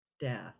death